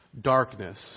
darkness